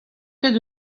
ket